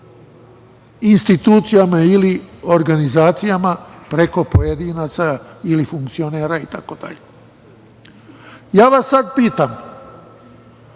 institucijama ili organizacijama preko pojedinaca ili funkcionera itd. Sada vas pitam,